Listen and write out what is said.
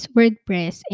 WordPress